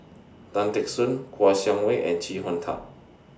Tan Teck Soon Kouo Shang Wei and Chee Hong Tat